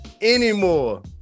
anymore